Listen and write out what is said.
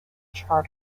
charter